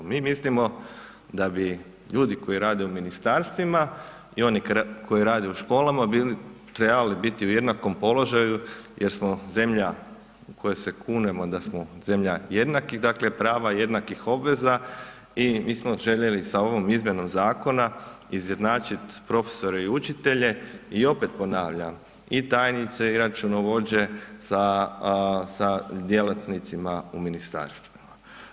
Mi mislimo da bi ljudi koji rade u ministarstvima i oni koji rade u školama trebali biti u jednakom položaju jer smo zemlja u kojoj se kunemo da smo zemlja jednakih prava, jednakih obveza i mi smo željeli sa ovim izmjenom zakona izjednačiti profesore i učitelje i opet ponavljam i tajnice i računovođe sa djelatnicima u ministarstvima.